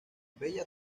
bella